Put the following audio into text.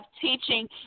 teaching